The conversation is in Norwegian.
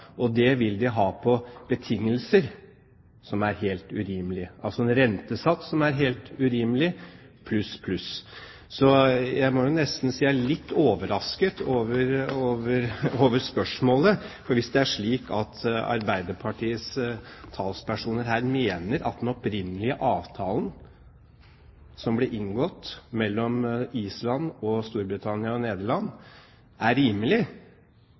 Det vil de ha på betingelser som er helt urimelige, med en rentesats som er helt urimelig pluss, pluss. Jeg må si jeg er litt overrasket over spørsmålet. Hvis det er slik at Arbeiderpartiets talspersoner her mener at den opprinnelige avtalen, som ble inngått mellom Island og Storbritannia og Nederland, er rimelig,